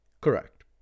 correct